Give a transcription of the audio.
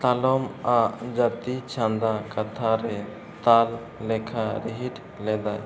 ᱛᱟᱞᱚᱢᱟᱜ ᱡᱟᱹᱛᱤ ᱪᱷᱟᱸᱫᱟ ᱠᱟᱛᱷᱟᱨᱮ ᱛᱟᱞ ᱞᱮᱠᱷᱟ ᱨᱤᱦᱤᱴ ᱞᱮᱫᱟᱭ